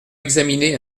examiner